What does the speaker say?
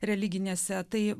religinėse tai